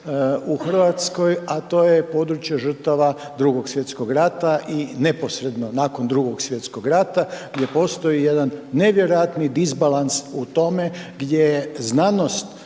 u RH, a to je područje žrtava Drugog svjetskog rata i neposredno nakon Drugog svjetskog rata gdje postoji jedan nevjerojatni disbalans u tome gdje znanost